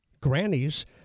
grannies